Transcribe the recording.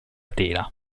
tela